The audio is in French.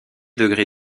degrés